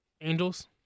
Angels